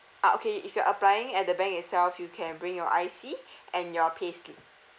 ah okay if you're applying at the bank itself you can bring your I_C and your payslip